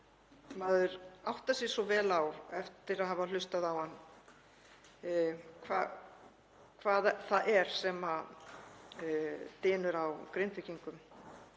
Maður áttar sig svo vel á, eftir að hafa hlustað á hann, hvað það er sem dynur á Grindvíkingum.